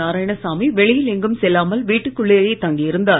நாராயணசாமி வெளியில் எங்கும் செல்லாமல் வீட்டிற்குள்ளே தங்கி இருந்தார்